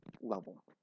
level